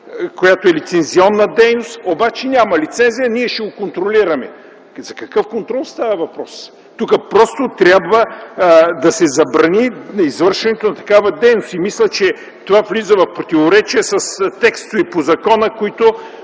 която е лицензионна, обаче няма лицензия. Ние ще го контролираме.” За какъв контрол става въпрос? Тук просто трябва да се забрани извършването на такава дейност. Мисля, че това влиза в противоречие с текстове по закона, които